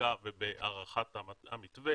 לבדיקה ובהערכת המתווה.